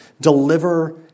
deliver